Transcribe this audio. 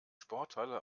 sporthalle